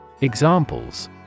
Examples